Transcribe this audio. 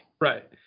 Right